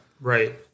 right